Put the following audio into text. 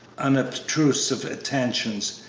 unobtrusive attentions,